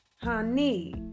Honey